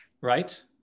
right